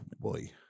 boy